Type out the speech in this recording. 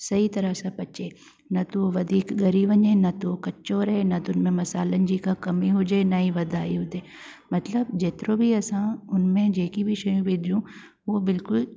सही तरह सां पचे न थो वधीक गरी वञे न त कचो रहे न त हुन में मसालनि जी का कमी हुजे न ई वधाई हुजे मतिलबु जेतिरो बि असां हुन में जेकी बि शयूं विझियूं उहे बिल्कुलु